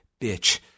bitch